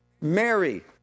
Mary